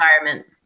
environment